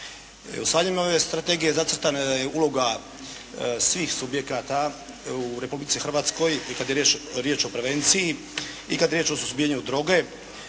U skladu ove strategije zacrtana je uloga svih subjekata u Republici Hrvatskoj i kada je riječ o prevenciji i kada je riječ o suzbijanju droge,